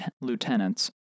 lieutenants